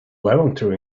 levanter